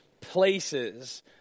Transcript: places